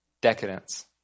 decadence